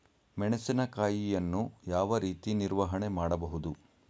ಮೆಣಸಿನಕಾಯಿಯನ್ನು ಯಾವ ರೀತಿ ನಿರ್ವಹಣೆ ಮಾಡಬಹುದು?